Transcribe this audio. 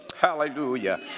Hallelujah